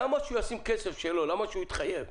למה שהוא ישים כסף שלו, למה שהוא יתחייב?